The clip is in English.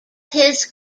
his